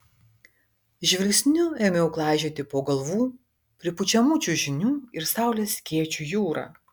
žvilgsniu ėmiau klaidžioti po galvų pripučiamų čiužinių ir saulės skėčių jūrą